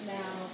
now